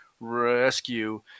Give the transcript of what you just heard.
rescue